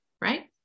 right